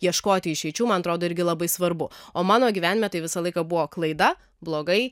ieškoti išeičių man atrodo irgi labai svarbu o mano gyvenime tai visą laiką buvo klaida blogai